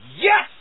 Yes